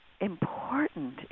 important